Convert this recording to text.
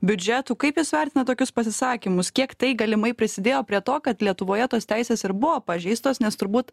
biudžetų kaip jūs vertinat tokius pasisakymus kiek tai galimai prisidėjo prie to kad lietuvoje tos teisės ir buvo pažeistos nes turbūt